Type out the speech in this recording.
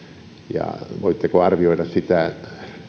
ja voitteko arvioida sitä